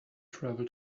travel